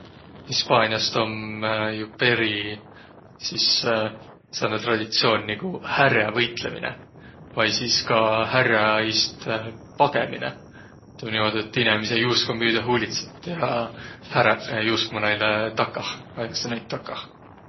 Hispaaniast om jo peri sis sääne traditsioon, nigu härävõitlõminõ vai sis ka hää iist ärq pagõminõ. Tuu om niimuudu, et inemiseq juuskvaq müüdä huulitsat ja häräq juuskvaq näil takah, ajasõq näid takah.